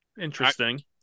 interesting